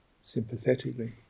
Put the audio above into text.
sympathetically